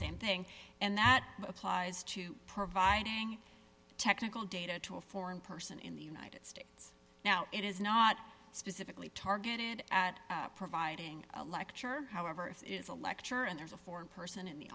same thing and that applies to providing technical data to a foreign person in the united states no it is not specifically targeted at providing a lecture however if it is a lecture and there's a four person in the